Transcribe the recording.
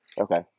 Okay